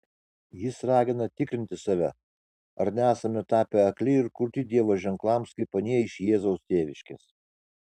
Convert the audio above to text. jis ragina tikrinti save ar nesame tapę akli ir kurti dievo ženklams kaip anie iš jėzaus tėviškės